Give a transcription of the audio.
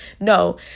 No